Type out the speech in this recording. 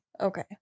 Okay